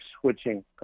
switching